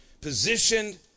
positioned